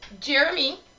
Jeremy